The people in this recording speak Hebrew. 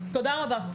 תודה רבה.